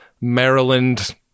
Maryland